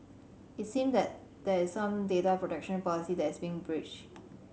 it seem that that is some data protection policy that is being breached